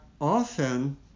often